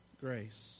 Grace